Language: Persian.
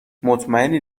مطمئنی